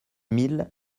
mille